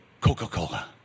Coca-Cola